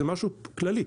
זה משהו כללי.